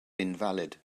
invalid